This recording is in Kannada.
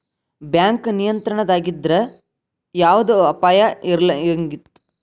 ಬ್ಯಾಂಕ್ ನಿಯಂತ್ರಣದಾಗಿದ್ರ ಯವ್ದ ಅಪಾಯಾ ಇರಂಗಿಲಂತ್